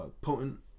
potent